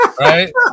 right